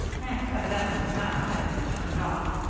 max evidently did not intend to be turned off.